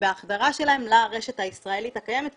ובהחדרה שלהם לרשת הישראלית הקיימת.